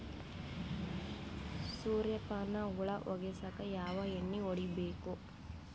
ಸುರ್ಯಪಾನ ಹುಳ ಹೊಗಸಕ ಯಾವ ಎಣ್ಣೆ ಹೊಡಿಬೇಕು?